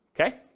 okay